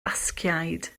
basgiaid